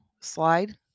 slide